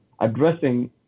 addressing